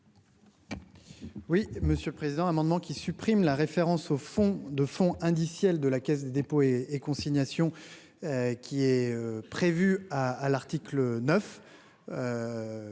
Oui, monsieur le président. Un amendement qui supprime la référence au fonds de fonds indiciel de la Caisse des dépôts et et. Qui est prévue à l'article 9.